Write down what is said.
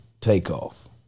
takeoff